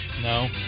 No